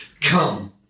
Come